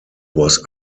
was